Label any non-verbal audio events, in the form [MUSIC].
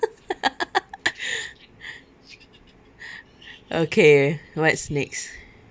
[LAUGHS] okay what's next